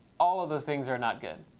all of those things are not good.